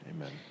Amen